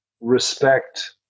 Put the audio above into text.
respect